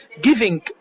Giving